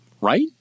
right